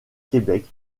québec